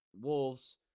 Wolves